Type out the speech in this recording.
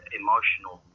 emotional